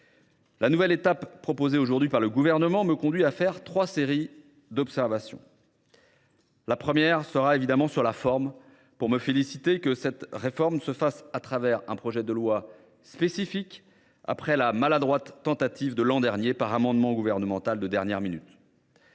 La nouvelle étape proposée aujourd’hui par le Gouvernement me conduit à faire trois séries d’observations. Premièrement, sur la forme, je me félicite que cette réforme soit entreprise au travers d’un projet de loi spécifique, après la maladroite tentative de l’an dernier par amendement gouvernemental de dernière minute.